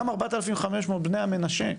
גם 4,500 בני המנשה,